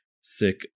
sick